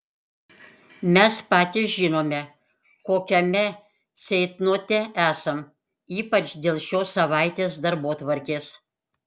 mes patys žinome kokiame ceitnote esam ypač dėl šios savaitės darbotvarkės